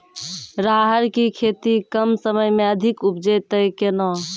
राहर की खेती कम समय मे अधिक उपजे तय केना?